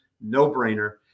no-brainer